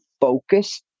focus